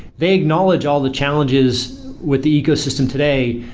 they acknowledge all the challenges with the ecosystem today.